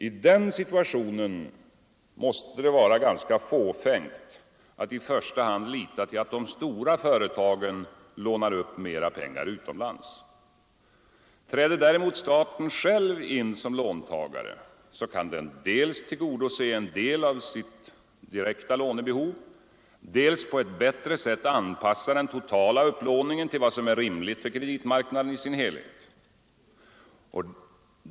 I den situationen måste det vara ganska fåfängt att i första hand lita till att de stora företagen lånar upp mer pengar utomlands. Träder däremot staten själv in som låntagare kan den dels tillgodose en del av sitt direkta lånebehov, dels på ett bättre sätt anpassa den totala upplåningen till vad som är rimligt för kreditmarknaden i dess helhet.